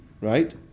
right